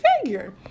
figure